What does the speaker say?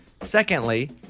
Secondly